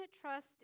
trust